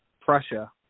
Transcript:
Prussia